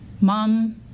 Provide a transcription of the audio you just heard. mom